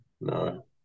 no